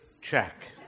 check